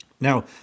Now